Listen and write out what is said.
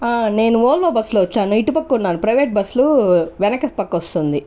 నేను Volvo bus లో వచ్చాను ఇటుపక్క ఉన్నాను ప్రైవేట్ బస్సు వెనుక పక్క వస్తుంది